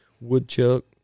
woodchuck